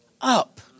up